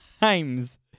times